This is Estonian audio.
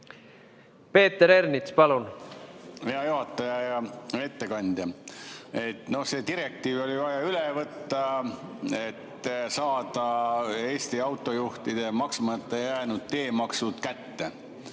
Peeter Ernits, palun! Hea juhataja ja hea ettekandja! See direktiiv oli vaja üle võtta, et saada Eesti autojuhtide maksmata jäänud teemaksud kätte.